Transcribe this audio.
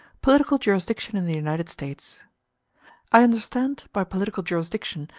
political jurisdiction in the united states i understand, by political jurisdiction,